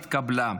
נתקבלה.